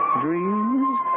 dreams